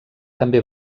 també